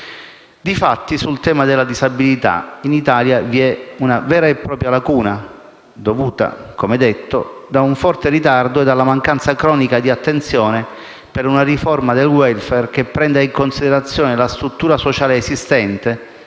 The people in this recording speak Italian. Difatti, sul tema della disabilità, in Italia vi è una vera e propria lacuna, dovuta, come detto, ad un forte ritardo e alla mancanza cronica di attenzione ad una riforma del *welfare* che prenda in considerazione la struttura sociale esistente,